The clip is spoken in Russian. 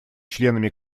членами